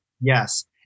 Yes